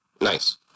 Nice